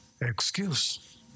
excuse